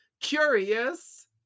Curious